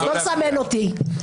לא לסמן אותי,